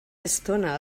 estona